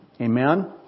Amen